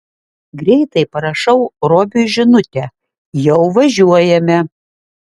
greitai parašau robiui žinutę jau važiuojame